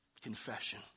confession